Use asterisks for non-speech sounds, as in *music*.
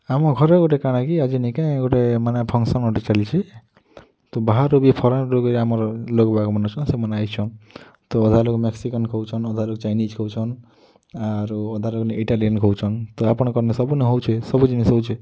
ଆମ ଘରେ ଗୋଟେ କାଣା କି ଆଜି ନିକେଁ ଗୋଟେ ମାନେ ଗୁଟେ ମାନେ ଫଙ୍କସନ୍ ଗୁଟେ ଚାଲିଛେ ତ ବାହାରୁ ବି ଫରେନ୍ରୁ ବି ଆମର୍ ଲୋକ୍ ବାକ୍ *unintelligible* ସେମାନେ ଆଇଚନ୍ ତ ଅଧା ଲୋକ୍ ମ୍ୟାକ୍ସିକାନ୍ ଖାଉଛନ୍ ଅଧା ଲୋକ୍ ଚାଇନିଜ୍ ଖାଉଛନ୍ ଆରୁ ଅଧା ଲୋକ୍ ଇଟାଲିଆନ୍ ଖଉଛନ୍ ତ ଆପଣକର୍ନେ ସବୁନେ ହଉଛେ ସବୁ ଜିନିଷ୍ ହଉଛେ